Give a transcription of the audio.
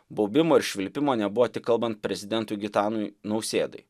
baubimo ir švilpimo nebuvo tik kalbant prezidentui gitanui nausėdai